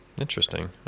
Interesting